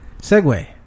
segue